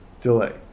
delay